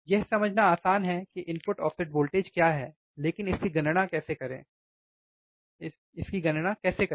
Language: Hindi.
यह समझना आसान है कि इनपुट ऑफसेट वोल्टेज क्या है लेकिन इसकी गणना कैसे करें सही इसकी गणना कैसे करें